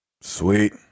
sweet